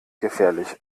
gefährlich